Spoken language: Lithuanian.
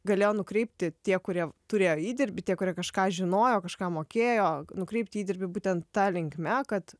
galėjo nukreipti tie kurie turėjo įdirbį tie kurie kažką žinojo kažką mokėjo nukreipti įdirbį būtent ta linkme kad